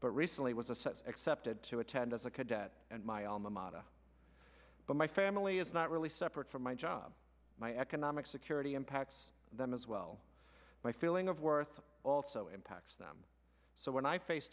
but recently was assessed accepted to attend as a cadet and my alma mater but my family is not really separate from my job my economic security impacts them as well my feeling of worth also impacts them so when i face